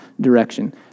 direction